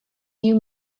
you